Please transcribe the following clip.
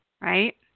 right